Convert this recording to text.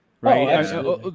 Right